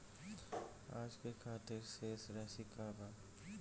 आज के खातिर शेष राशि का बा?